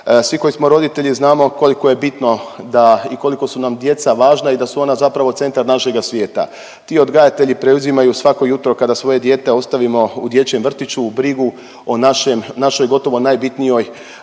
Svi koji smo roditelji znamo koliko je bitno da, i koliko su nam djeca važna i da su ona zapravo centar našega svijeta. Ti odgajatelji preuzimaju svako jutro kada svoje dijete ostavimo u dječjem vrtiću u brigu o našem, našoj gotovo najbitnijoj,